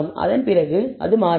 அதன் பிறகு அது மாறாது